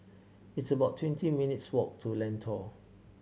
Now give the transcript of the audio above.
it's about twenty minutes' walk to Lentor